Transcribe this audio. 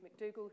McDougall